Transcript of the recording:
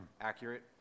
accurate